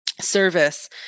service